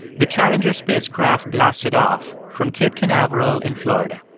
the challenger spacecraft blasted off from cape canaveral in florida.